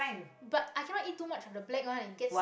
but i cannot eat too much of the black one it gets